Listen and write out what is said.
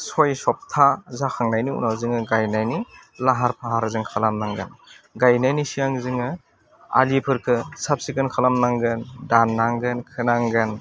सइ सप्ता जाखांनायनि उनाव जोङो गायनायनि लाहार फाहार जों खालामनांगोन गायनायनि सिगां जोङो आलिफोरखौ साब सिखोन खालामनांगोन दान्नांगोन खोनांगोन